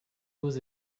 lose